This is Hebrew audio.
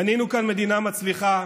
בנינו כאן מדינה מצליחה,